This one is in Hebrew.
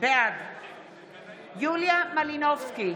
בעד יוליה מלינובסקי,